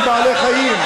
הם בעלי-חיים.